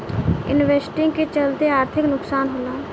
investing के चलते आर्थिक नुकसान होला